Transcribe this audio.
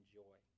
joy